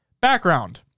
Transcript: Background